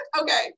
Okay